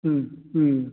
ꯎꯝ ꯎꯝ